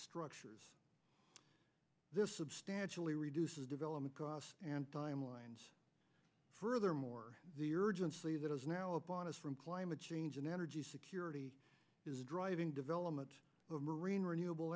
structures this substantially reduces development costs and timeline furthermore the urgency that is now upon us from climate change and energy security is driving development of marine renewable